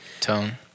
Tone